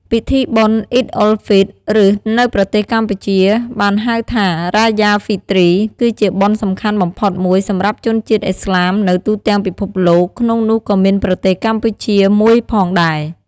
ពិធីបុណ្យ អ៊ីឌអ៊ុលហ្វីត ឬ នៅប្រទេសកម្ពុជាបានហៅថា រ៉ាយ៉ា ហ្វីទ្រី គឺជាបុណ្យសំខាន់បំផុតមួយសម្រាប់ជនជាតិឥស្លាមនៅទូទាំងពិភពលោក ក្នុងនោះក៏មានប្រទេសកម្ពុជាមួយផងដែរ។